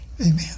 Amen